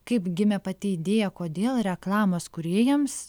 kaip gimė pati idėja kodėl reklamos kūrėjams